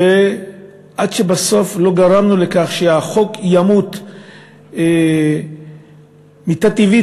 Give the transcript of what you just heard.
עד שבסוף גרמנו לכך שהחוק ימות מיתה טבעית,